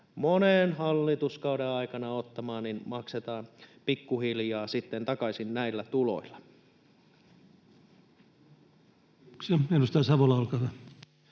monen hallituskauden aikana ottamaan, maksetaan pikkuhiljaa takaisin. Kiitoksia. — Edustaja Savola, olkaa hyvä.